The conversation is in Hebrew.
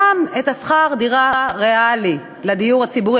גם את שכר הדירה הריאלי לדיור הציבורי,